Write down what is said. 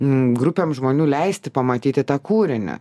grupėm žmonių leisti pamatyti tą kūrinį